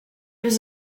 was